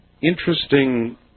interesting